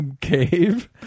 cave